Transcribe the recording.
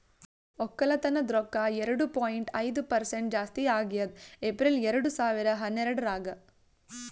ಒಕ್ಕಲತನದ್ ರೊಕ್ಕ ಎರಡು ಪಾಯಿಂಟ್ ಐದು ಪರಸೆಂಟ್ ಜಾಸ್ತಿ ಆಗ್ಯದ್ ಏಪ್ರಿಲ್ ಎರಡು ಸಾವಿರ ಹನ್ನೆರಡರಾಗ್